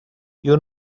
you